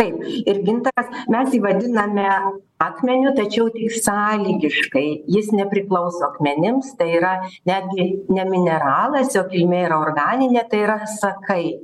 taip ir gintaras mes jį vadiname akmeniu tačiau tik sąlygiškai jis nepriklauso akmenims tai yra netgi ne mineralas jo kilmė yra organinė tai yra sakai